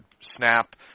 snap